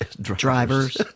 Drivers